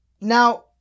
Now